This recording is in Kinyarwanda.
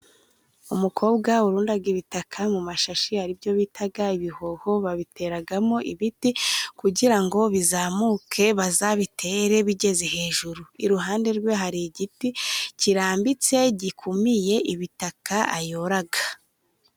Umukobwa urunda ibitaka mu mashashi ari byo bita ibihoho, babiteramo ibiti kugira ngo bizamuke bazabitere bigeze hejuru, iruhande rwe hari igiti kirambitse gikumiye ibitaka ayora.